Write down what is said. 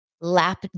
lap